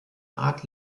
art